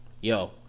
Yo